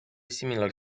similar